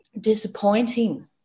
disappointing